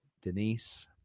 Denise